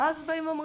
אז באים ואומרים,